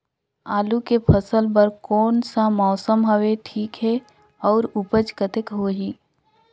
आलू के फसल बर कोन सा मौसम हवे ठीक हे अउर ऊपज कतेक होही?